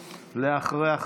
אחריה,